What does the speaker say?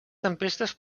tempestes